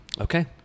Okay